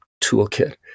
toolkit